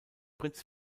prinz